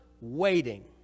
waiting